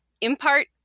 impart